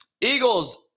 Eagles